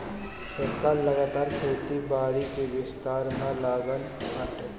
सरकार लगातार खेती बारी के विस्तार में लागल बाटे